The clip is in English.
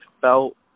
felt